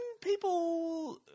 people